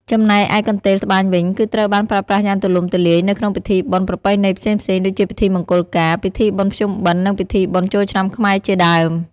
ចំណែកឯកន្ទេលត្បាញវិញ គឺត្រូវបានប្រើប្រាស់យ៉ាងទូលំទូលាយនៅក្នុងពិធីបុណ្យប្រពៃណីផ្សេងៗ ដូចជាពិធីមង្គលការ ពិធីបុណ្យភ្ជុំបិណ្ឌ និងពិធីបុណ្យចូលឆ្នាំខ្មែរជាដើម។